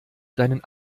deinen